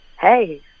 hey